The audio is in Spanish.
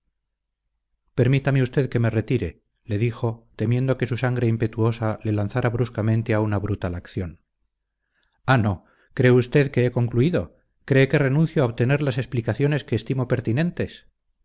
permítame usted que me retire le dijo temiendo que su sangre impetuosa le lanzara bruscamente a una brutal acción ah no cree usted que he concluido cree que renuncio a obtener las explicaciones que estimo pertinentes